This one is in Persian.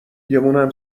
گمونم